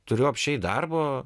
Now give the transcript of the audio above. turiu apsčiai darbo